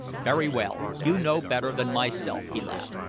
very well. you know better than myself, he laughed.